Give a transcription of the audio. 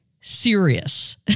serious